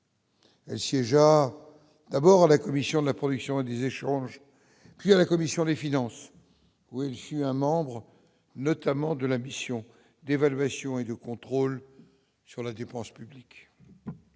gens-là, d'abord à la commission de la production et des échanges à la commission des finances, oui, je suis un membre notamment de la mission d'évaluation et de contrôle sur la dépense publique,